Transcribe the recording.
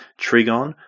trigon